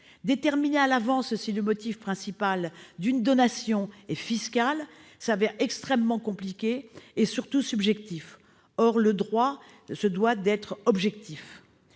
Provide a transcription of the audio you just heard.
Déterminer à l'avance si le motif principal d'une donation est fiscal s'avère extrêmement compliqué et, surtout, subjectif. Or le droit se doit d'être objectif